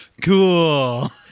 cool